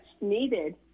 needed